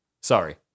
sorry